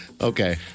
Okay